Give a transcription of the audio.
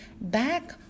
Back